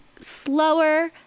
slower